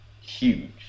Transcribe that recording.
huge